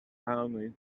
calmly